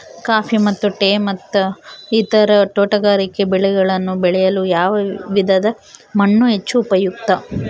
Coffee ಮತ್ತು tea ಮತ್ತು ಇತರ ತೋಟಗಾರಿಕೆ ಬೆಳೆಗಳನ್ನು ಬೆಳೆಯಲು ಯಾವ ವಿಧದ ಮಣ್ಣು ಹೆಚ್ಚು ಉಪಯುಕ್ತ?